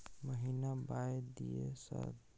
महीना बाय दिय सर?